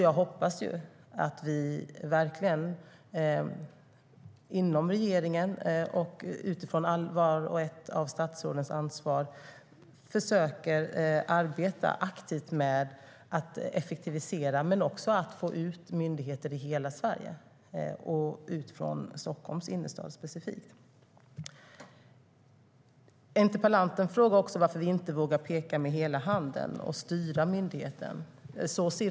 Jag hoppas verkligen att regeringen, utifrån vart och ett av statsrådens ansvarsområden, försöker arbeta aktivt med att effektivisera men också få ut myndigheter i hela Sverige och ut från Stockholms innerstad specifikt. Interpellanten frågade varför vi inte vågar peka med hela handen och styra myndigheten.